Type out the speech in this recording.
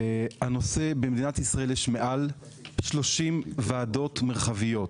במדינת ישראל יש מעל 30 ועדות מרחביות.